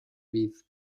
vid